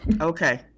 Okay